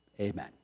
Amen